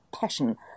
passion